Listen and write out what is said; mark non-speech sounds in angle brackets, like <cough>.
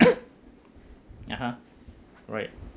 <coughs> (uh huh) right